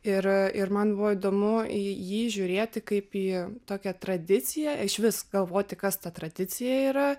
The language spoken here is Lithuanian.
ir ir man buvo įdomu į jį žiūrėti kaip į tokią tradiciją išvis galvoti kas ta tradicija yra